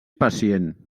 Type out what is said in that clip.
pacient